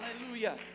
Hallelujah